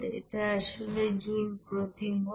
এটা আসলে জুল প্রতি মোল